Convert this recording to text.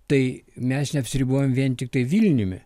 tai mes neapsiribojam vien tiktai vilniumi